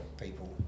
people